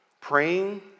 Praying